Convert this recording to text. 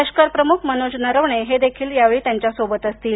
लष्कर प्रमुख मनोज नारवणे ही देखील यावेळी त्यांच्या सोबत असतील